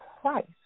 Price